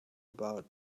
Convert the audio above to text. about